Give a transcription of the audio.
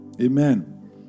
Amen